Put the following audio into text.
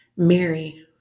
Mary